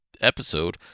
episode